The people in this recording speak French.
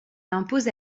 impose